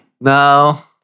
No